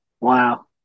Wow